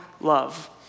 love